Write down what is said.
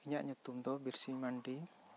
ᱤᱧᱟᱹᱜ ᱧᱩᱛᱩᱢ ᱫᱚ ᱵᱤᱨᱥᱤ ᱢᱟᱨᱰᱤ